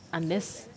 unless